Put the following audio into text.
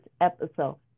episode